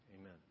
amen